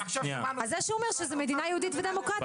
זה שהוא אומר שזה מדינה יהודית ודמוקרטית,